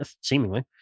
seemingly